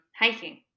hiking